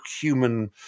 human